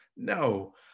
No